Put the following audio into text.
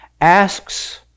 asks